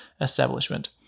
establishment